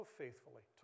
faithfully